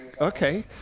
okay